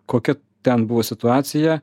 kokia ten buvo situacija